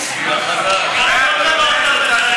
הדיון התעורר.